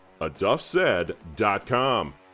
aduffsaid.com